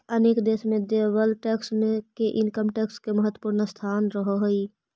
अनेक देश में देवल टैक्स मे के इनकम टैक्स के महत्वपूर्ण स्थान रहऽ हई